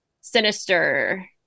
Sinister